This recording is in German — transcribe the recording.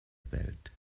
welt